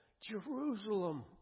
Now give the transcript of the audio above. Jerusalem